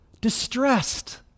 distressed